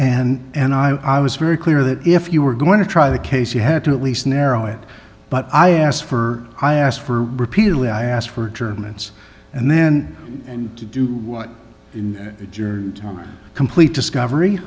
and i was very clear that if you were going to try the case you had to at least narrow it but i asked for i asked for repeatedly i asked for germans and then and to do in your complete discovery